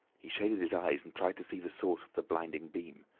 he shaded his eyes and tried to see the source of the blinding beam.